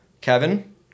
Kevin